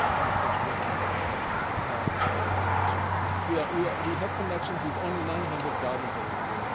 and of course working with other gardens around the world, as you are. yes, we ah we have connections with only nine hundred gardens all over the world.